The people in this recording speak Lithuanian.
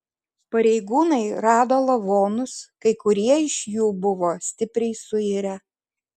pareigūnai rado lavonus kai kurie iš jų buvo stipriai suirę